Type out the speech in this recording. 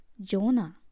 Jonah